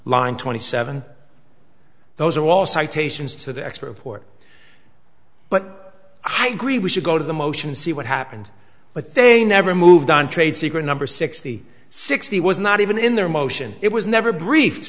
line twenty seven those are all citations to the export but i agree we should go to the motion see what happened but they never moved on trade secret number sixty sixty was not even in their motion it was never briefe